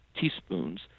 teaspoons